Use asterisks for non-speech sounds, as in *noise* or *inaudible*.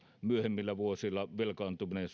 myöhemmillä vuosilla velkaantuminen *unintelligible*